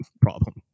problem